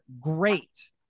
great